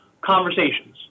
conversations